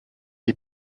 est